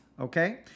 okay